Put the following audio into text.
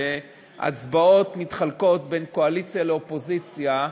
ההצבעות מתחלקות בין קואליציה לאופוזיציה.